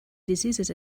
diseases